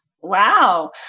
Wow